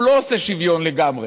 הוא לא עושה שוויון לגמרי,